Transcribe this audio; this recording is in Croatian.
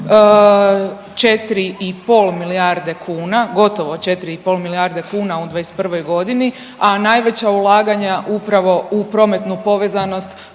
pol milijarde kuna, gotovo 4 i pol milijarde kuna u 2021. godini, a najveća ulaganja upravo u prometnu povezanost